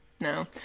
no